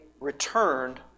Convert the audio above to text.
returned